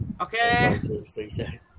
Okay